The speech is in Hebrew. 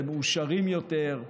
למאושרים יותר,